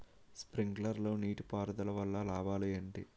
Sprinkler నీటిపారుదల వల్ల లాభాలు ఏంటి?